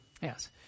Yes